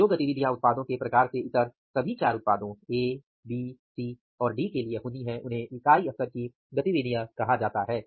तो जो गतिविधियां उत्पादों के प्रकार से इतर सभी 4 उत्पादों ए बी सी और डी के लिए होनी हैं उन्हें इकाई स्तर की गतिविधियां कहा जाता है